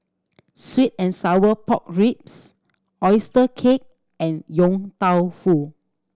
sweet and sour pork ribs oyster cake and Yong Tau Foo